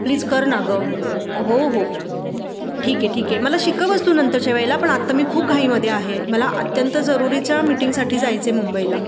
please कर ना गं हो हो ठीक आहे ठीक आहे मला शिकवच तू नंतरच्या वेळेला पण आत्ता मी खूप घाईमध्येआहे मला अत्यंत जरुरीच्या मिटिंगसाठी जायचं आहे मुंबईला